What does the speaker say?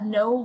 no